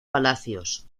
palacios